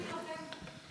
צריך להילחם בו.